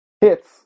hits